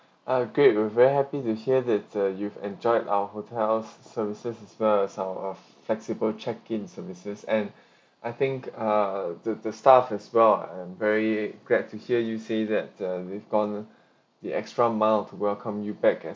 ah great we're very happy to hear that the you've enjoyed our hotel services as well as our of flexible check in services and I think uh the the staff as well and very great to hear you say that the we've gone the extra mile to welcome you back as